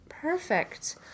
Perfect